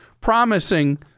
promising